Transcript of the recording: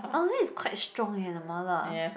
honestly it's quite strong eh the Ma-la